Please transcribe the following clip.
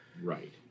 Right